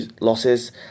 losses